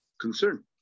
concern